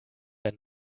ein